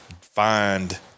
find